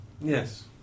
Yes